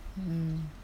mm